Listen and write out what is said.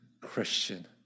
Christian